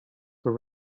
were